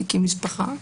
הקים משפחה,